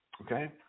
okay